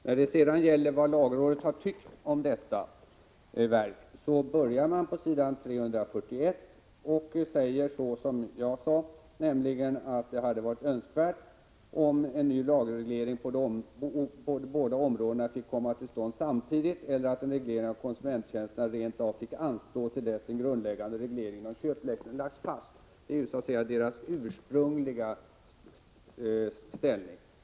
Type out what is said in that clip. När det gäller vad lagrådet har tyckt om detta verk vill jag framhålla att lagrådet först — jag anförde detta i mitt inledningsanförande, och det här avsnittet av lagrådets yttrande står återgivet på s. 341 i propositionen — uttalar att det hade varit önskvärt ”att en ny lagreglering på de båda områdena fick komma till stånd samtidigt eller att en reglering av konsumenttjänsterna rentav fick anstå till dess den grundläggande regleringen inom köprätten lagts fast”. Detta är ju så att säga lagrådets ursprungliga ställningstagande.